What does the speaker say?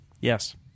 Yes